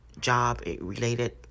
job-related